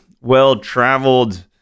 Well-traveled